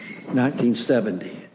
1970